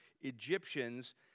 Egyptians